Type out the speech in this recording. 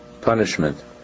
punishment